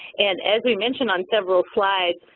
and as we mentioned on several slides,